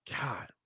God